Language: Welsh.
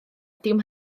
dim